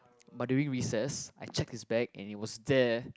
but during recess I checked his bag and it was there